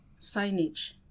signage